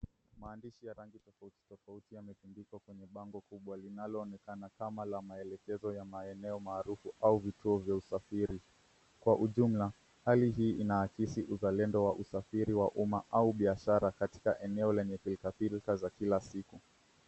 Maandishi ya rangi tofauti tofauti yametundikwa kwenye bango kubwa linaloonekana kama la maelekezo ya maeneo maarufu au vituo vya usafiri. Kwa ujumla hali hii ina akisi uzalendo wa usafiri wa umma au biashara katika eneo lenye pilka pilka za kila siku.